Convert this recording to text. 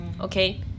Okay